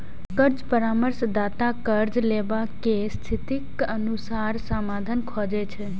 कर्ज परामर्शदाता कर्ज लैबला के स्थितिक अनुसार समाधान खोजै छै